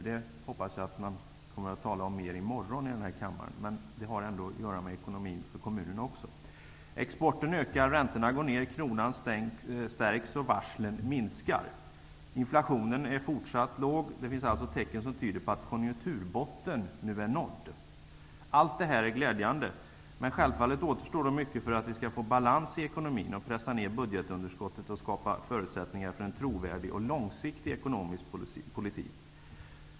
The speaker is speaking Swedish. Förhoppningsvis kommer man i morgon att tala mera om det i denna kammare. Men det har också att göra med ekonomin för kommunerna. Exporten ökar, räntorna går ned, kronan stärks och varslen minskar. Inflationen är fortsatt låg. Det finns tecken som tyder på att konjunkturbotten nu är nådd. Allt detta är glädjande. Självfallet återstår mycket för att vi skall få balans i ekonomin, pressa ned budgetunderskottet och skapa förutsättningar för en trovärdig och långsiktig ekonomisk politik.